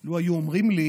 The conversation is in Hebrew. לו היו אומרים לי